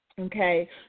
okay